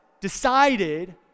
decided